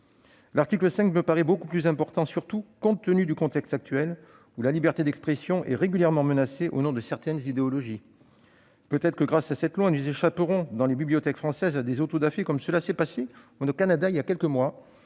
L'article 5 me paraît beaucoup plus important, surtout compte tenu du contexte actuel où la liberté d'expression est régulièrement menacée au nom de certaines idéologies. Peut-être que, grâce à cette loi, nous échapperons dans les bibliothèques françaises à des autodafés, comme cela s'est passé au Canada il y a quelques mois